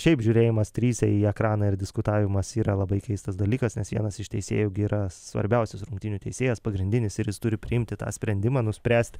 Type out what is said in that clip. šiaip žiūrėjimas trise į ekraną ir diskutavimas yra labai keistas dalykas nes vienas iš teisėjų yra svarbiausias rungtynių teisėjas pagrindinis ir jis turi priimti tą sprendimą nuspręst